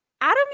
Adam